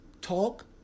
Talk